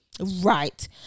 Right